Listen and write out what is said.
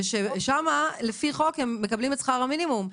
שם לפי חוק הם מקבלים את שכר המינימום,